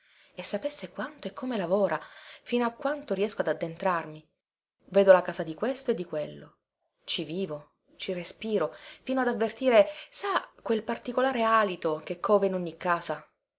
e sapesse quanto e come lavora fino a quanto riesco ad addentrarmi vedo la casa di questo e di quello ci vivo ci respiro fino ad avvertire sa quel particolare alito che cova in ogni casa